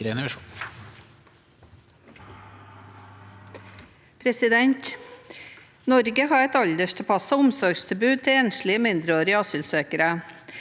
for saken): Norge har et alderstilpasset omsorgstilbud til enslige mindreårige asylsøkere.